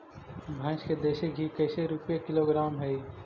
भैंस के देसी घी कैसे रूपये किलोग्राम हई?